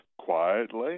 quietly